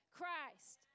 Christ